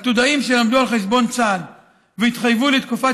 עתודאים שלמדו על חשבון צה"ל והתחייבו לתקופת